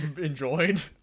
enjoyed